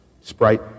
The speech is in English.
Sprite